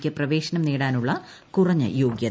ക്കു പ്രവേശനം നേടാനുള്ള കുറഞ്ഞ യോഗ്യത